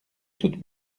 toutes